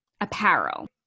Apparel